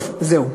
טוב, זהו.